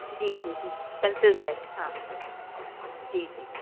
जी जी pencil set हाँ जी जी